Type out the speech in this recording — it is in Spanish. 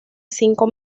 cinco